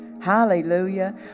Hallelujah